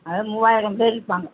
அது மூவாயிரம் பேர் இருப்பாங்க